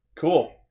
Cool